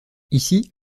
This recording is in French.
ici